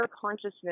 consciousness